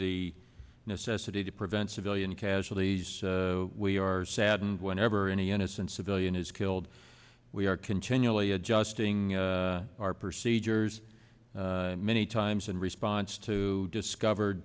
the necessity to prevent civilian casualties so we are saddened whenever any innocent civilian is killed we are continually adjusting our procedures many times in response to discover